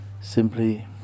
simply